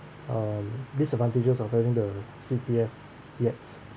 um disadvantages of having the C_P_F yet